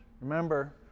Remember